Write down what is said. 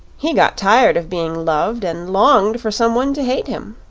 he got tired of being loved and longed for some one to hate him.